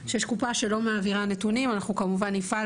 שיש קופה שלא מעבירה נתונים אנחנו כמובן נפעל